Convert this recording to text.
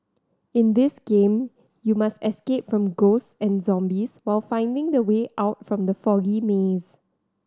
in this game you must escape from ghosts and zombies while finding the way out from the foggy maze